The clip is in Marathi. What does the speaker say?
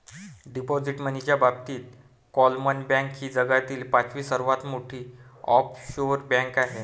डिपॉझिट मनीच्या बाबतीत क्लामन बँक ही जगातील पाचवी सर्वात मोठी ऑफशोअर बँक आहे